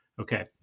Okay